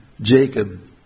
Jacob